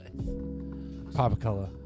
Papacola